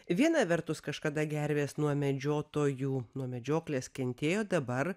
viena vertus kažkada gervės nuo medžiotojų nuo medžioklės kentėjo dabar